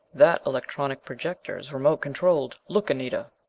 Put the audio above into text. that electronic projector is remote controlled. look, anita,